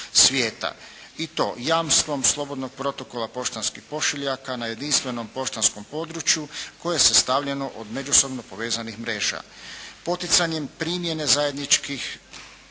i to jamstvom slobodnog protokola poštanskih pošiljaka na jedinstvenom poštanskom području koje je sastavljano od međusobno povezanih mreža. Poticanjem primjene zajedničkih